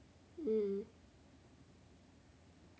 mm